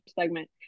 segment